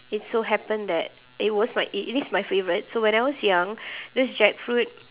it so happen that it was my i~ it is my favourite so when I was young this jackfruit